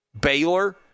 Baylor